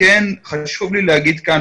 כן חשוב לי להגיד כאן,